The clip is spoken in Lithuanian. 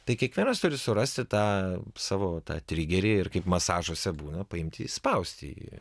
tai kiekvienas turi surasti tą savo tą trigerį ir kaip masažuose būna paimti išspausti jį